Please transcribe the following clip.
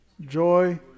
Joy